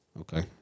Okay